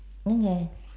okay